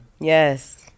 Yes